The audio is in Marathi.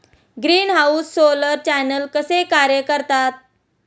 ग्रीनहाऊस सोलर चॅनेल कसे कार्य करतात?